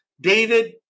David